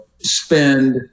spend